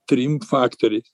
trim faktoriais